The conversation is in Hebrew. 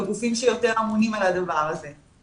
ולגופים שיותר אמונים על הדבר הזה.